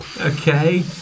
Okay